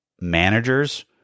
managers